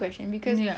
perspectives